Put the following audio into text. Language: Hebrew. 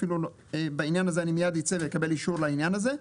אני מיד אצא לקבל אישור לעניין הזה.